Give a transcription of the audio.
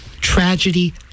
tragedy